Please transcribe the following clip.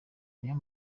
niyo